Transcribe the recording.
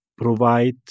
provide